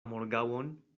morgaŭon